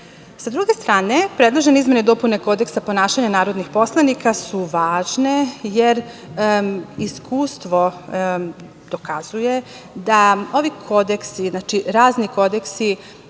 druge strane, predložene izmene i dopune Kodeksa ponašanja narodnih poslanika su važne, jer iskustvo dokazuje da ovi kodeksi, znači, razni kodeksi